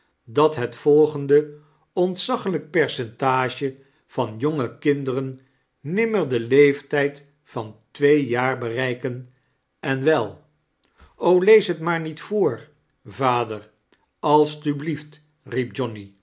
dat het volgende ontzaglijk percentage van jonge kinderen nimmer den leeftijd yan twee jaar bereiken en wel lees het maar niet voor vader alstublieit riep johnny